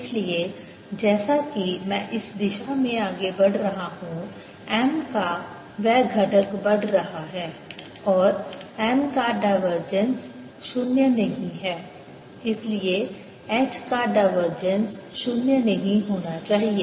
इसलिए जैसा कि मैं इस दिशा में आगे बढ़ रहा हूं M का वह घटक बढ़ रहा है और M का डायवर्जेंस शून्य नहीं है इसलिए H का डायवर्जेंस शून्य नहीं होना चाहिए